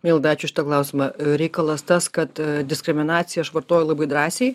milda ačiū už tavo klausimą reikalas tas kad diskriminaciją aš vartoju labai drąsiai